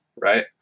Right